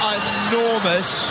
enormous